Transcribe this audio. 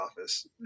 office